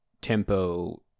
tempo